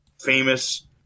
famous